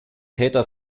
täter